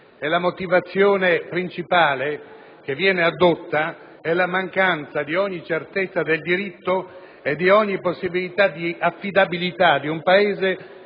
La motivazione principale che viene addotta è la mancanza di ogni certezza del diritto e di affidabilità da parte di un Paese